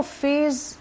phase